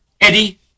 Eddie